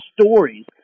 stories